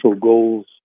goals